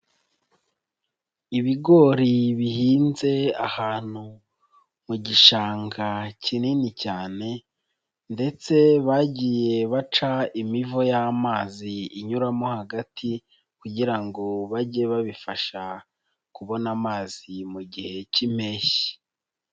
Ibigori bihinze ahantu mu gishanga kinini cyane ndetse bagiye baca imivo y'amazi inyuramo hagati kugira ngo bajye babifasha kubona amazi mu gihe cy'impeshyi.